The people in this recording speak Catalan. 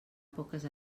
poques